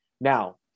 Now